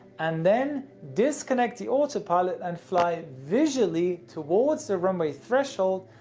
and then disconnect the autopilot, and fly visually towards the runway threshold,